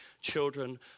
children